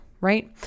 right